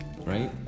right